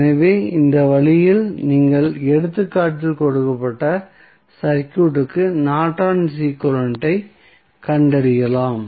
எனவே இந்த வழியில் நீங்கள் எடுத்துக்காட்டில் கொடுக்கப்பட்ட சர்க்யூட்க்கு நார்டனின் ஈக்வலன்ட் ஐக் Nortons equivalent கண்டறியலாம்